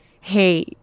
hey